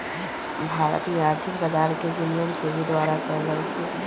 भारत में आर्थिक बजार के विनियमन सेबी द्वारा कएल जाइ छइ